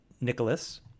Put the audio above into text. Nicholas